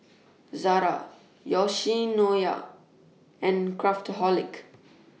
Zara Yoshinoya and Craftholic